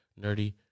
nerdy